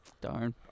Darn